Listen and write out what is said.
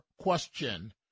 question